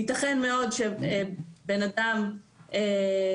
ייתכן מאוד שיאפשר לבן אדם לעבוד,